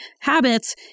habits